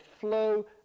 flow